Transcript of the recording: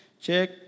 check